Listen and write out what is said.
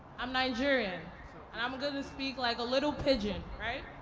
i'm nigerian and i'm going to speak, like, a little pidgin. right?